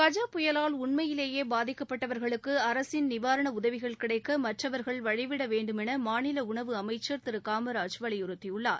கஜ புயலால் உண்மையிலேயே பாதிக்கப்பட்டவர்களுக்கு அரசின் நிவாரண உதவிகள் கிடைக்க மற்றவர்கள் வழிவிட வேண்டுமென மாநில உணவு அமைச்சர் திரு காமராஜ் வலியுறத்தியுள்ளார்